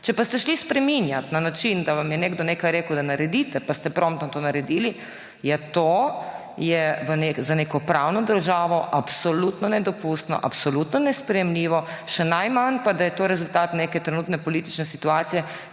Če pa ste šli spreminjat na način, da vam je nekdo nekaj rekel, da naredite, pa ste promptno to naredili, je to za neko pravno državo absolutno nedopustno, absolutno nesprejemljivo. Še najmanj pa, da je to rezultat neke trenutne politične situacije,